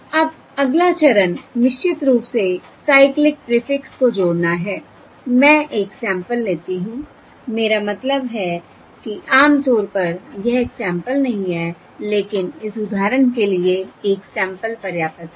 अब अगला चरण निश्चित रूप से साइक्लिक प्रीफिक्स को जोड़ना है मैं एक सैंपल लेती हूं मेरा मतलब है कि आम तौर पर यह एक सैंपल नहीं है लेकिन इस उदाहरण के लिए एक सैंपल पर्याप्त है